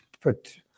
put